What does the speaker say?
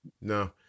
no